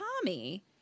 Tommy